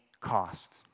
cost